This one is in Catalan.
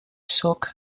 sóc